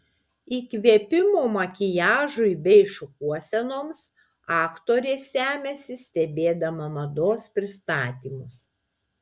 įkvėpimo makiažui bei šukuosenoms aktorė semiasi stebėdama mados pristatymus